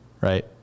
Right